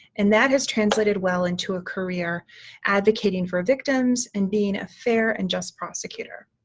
and that has translated well into a career advocating for victims and being a fair and just prosecutor.